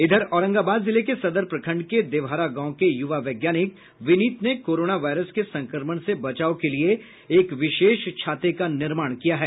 इधर औरंगाबाद जिले के सदर प्रखंड के देवहरा गांव के युवा वैज्ञानिक विनीत ने कोरोना वायरस के संक्रमण से बचाव के लिये एक विशेष छाते का निर्माण किया है